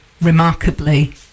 remarkably